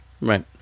right